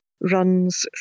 runs